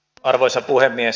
arvoisa puhemies